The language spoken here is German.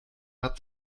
hat